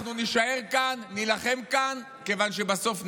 אנחנו נישאר כאן, נילחם כאן, כיוון שבסוף ננצח.